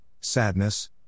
sadness